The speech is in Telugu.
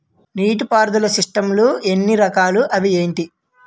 నీటిపారుదల సిస్టమ్ లు ఎన్ని రకాలు? అవి ఏంటి?